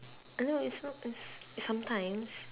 I know it's not as sometimes